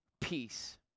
peace